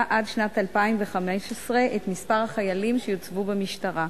עד שנת 2015 את מספר החיילים שיוצבו במשטרה.